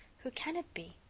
who can it be?